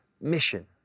mission